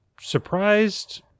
surprised